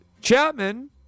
Chapman